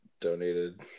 donated